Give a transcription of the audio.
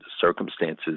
circumstances